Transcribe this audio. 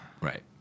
Right